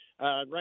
right